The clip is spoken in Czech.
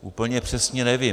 Úplně přesně nevím.